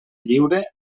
lliure